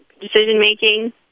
decision-making